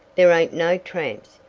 there ain't no tramps,